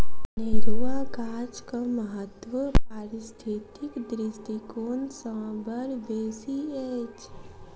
अनेरुआ गाछक महत्व पारिस्थितिक दृष्टिकोण सँ बड़ बेसी अछि